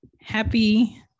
Happy